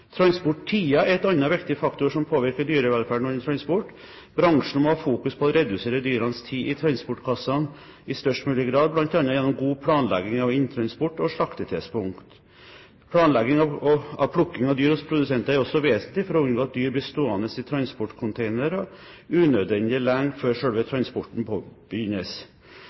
er en annen viktig faktor som påvirker dyrevelferden under transport. Bransjen må ha fokus på å redusere dyrenes tid i transportkassene i størst mulig grad, bl.a. gjennom god planlegging av inntransport og slaktetidspunkt. Planlegging av plukking av dyr hos produsenten er også vesentlig for å unngå at dyr blir stående i transportcontainere unødvendig lenge, før selve transporten påbegynnes. Den enkelte produsent må ha stor oppmerksomhet på